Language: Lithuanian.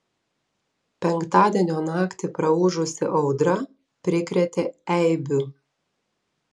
penktadienio naktį praūžusi audra prikrėtė eibių